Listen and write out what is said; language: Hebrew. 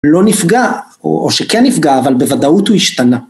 לא נפגע, או שכן נפגע, אבל בוודאות הוא השתנה.